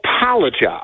apologize